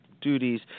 duties